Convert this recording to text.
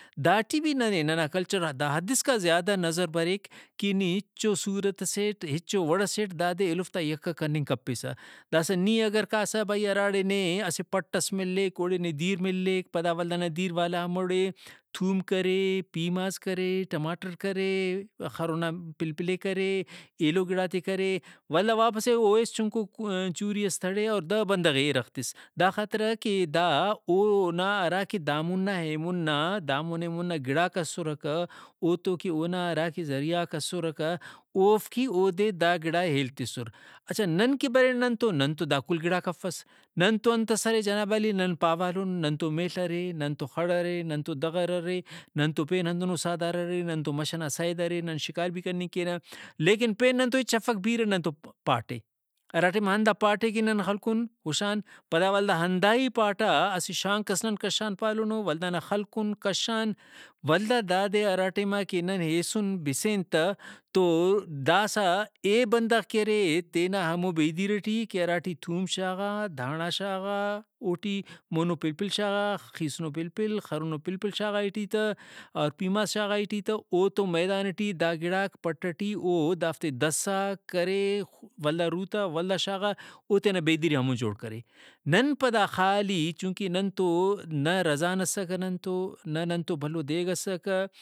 داٹی بھی ننے ننا کلچرہندا حد اسکا زیادہ نظر بریک کہ نی ہچو صورت ئسیٹ ہچو وڑسیٹ دادے ایلوفتا یکہ کننگ کپیسہ داسہ نی اگر کاسہ بھئی ہراڑے نے اسہ پٹ ئس ملیک اوڑے نے دیر ملیک پدا ولدا نا دیر والا ہموڑے توم کرے پیماز کرے ٹماٹر کرے خرنا پلپل ئے کرے ایلو گڑاتے کرے ولدا واپس ئے او ہیس چُنکو چوری ئس تھڑے اور دہ بندغے اِرغ تس دا خاطرا کہ دا اونا ہراکہ دامون نا ایمون نا دامون ایمون نا گڑاک اسرکہ اوتو کہ اونا ہراکہ ذریعہ غاک اسرکہ اوفک ہی اودے دا گڑائے ہیل تسر۔ اچھا نن کہ برینہ ننتو ننتو دا کل گڑاک افس ننتو انتس ارے جناب عالی نن پاوال اٗن نن تو میل ارے نن تو خڑ ارے نن تو دغر ارے نن تو پین ہندنو سادار ارے نن مش ئنا سید ارے نن شکار بھی کننگ کینہ لیکن پین نن تو ہچ افک بیرہ نن تو پھاٹ اے۔ ہرا ٹائما ہندا پھاٹ ئے کہ نن خلکُن ہُشان پدا ولدا ہندا ہی پھاٹا اسہ شانک ئس نن کشان پالُنو ولدانا خلکُن کشان ولدا دادے ہرا ٹائما کہ نن ہیسُن بسین تہ تو داسہ اے بندغ کہ تینا ہمو بے دیر ٹی کہ ہراٹی تُوم شاغا دھانڑا شاغا اوٹی مؤنو پلپل شاغا خیسُنو پلپل خرنو پلپل شاغا ایٹی تہ اور پیماز شاغا ایٹی تہ اوتو میدان ٹی داگڑاک پٹ ئٹی او دافتےدھسا کرے ولدا رُوتا ولدا شاغا اوتینا بے دیرے ہمون جوڑ کرے نن پدا خالی چونکہ ننتو نہ رزان اسکہ ننتو نہ ننتو بھلو دیگ اسکہ